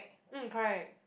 mm correct